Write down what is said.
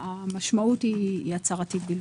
המשמעות היא הצהרתית בלבד.